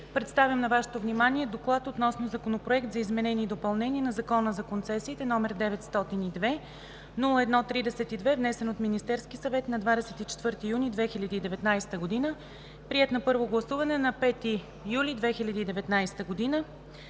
представям на Вашето внимание „Доклад относно Законопроект за изменение и допълнение на Закона за концесиите, № 902-01-32, внесен от Министерския съвет на 24 юни 2019 г., приет на първо гласуване на 5 юли 2019 г.